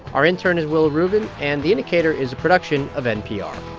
our intern is willa rubin. and the indicator is a production of npr